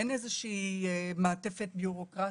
אין מעטפת בירוקרטית.